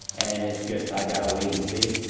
and it's just i gotta wait and see.